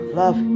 love